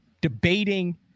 debating